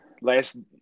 last